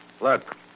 Look